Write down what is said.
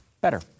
better